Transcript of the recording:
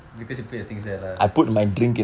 because you put your things there lah